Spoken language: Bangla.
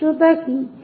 উচ্চতা কী